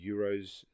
Euros